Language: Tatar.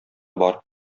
бар